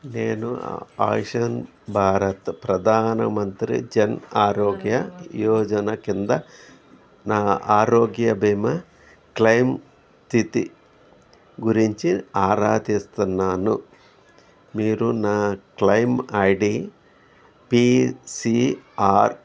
నేను ఆయుషన్ భారత్ ప్రధానమంత్రి జన్ ఆరోగ్య యోజన కింద నా ఆరోగ్య బీమా క్లెయిమ్ స్థితి గురించి ఆరా తీస్తున్నాను మీరు నా claim ID P C are